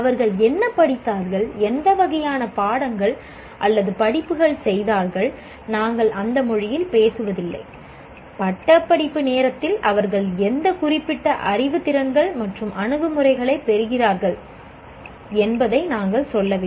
அவர்கள் என்ன படித்தார்கள் எந்த வகையான பாடங்கள் அல்லது படிப்புகள் செய்தார்கள் நாங்கள் அந்த மொழியில் பேசுவதில்லை பட்டப்படிப்பு நேரத்தில் அவர்கள் எந்த குறிப்பிட்ட அறிவு திறன்கள் மற்றும் அணுகுமுறைகளைப் பெற்றிருக்கிறார்கள் என்பதை நாங்கள் சொல்லவில்லை